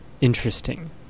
interesting